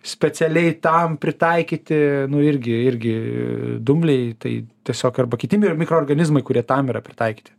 specialiai tam pritaikyti nu irgi irgi dumbliai tai tiesiog arba kiti mikroorganizmai kurie tam yra pritaikyti